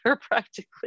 practically